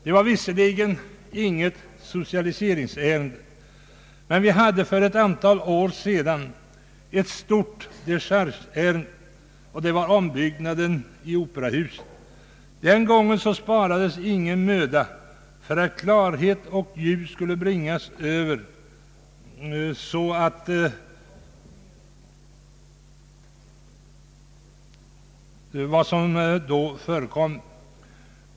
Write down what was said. Det var visserligen inget socialiseringsärende, men vi hade för ett antal år sedan ett stort dechargeärende som gällde ombyggnaden i Operahuset. Den gången sparades ingen möda för att klarhet och ljus skulle bringas över vad som förekommit.